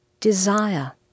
desire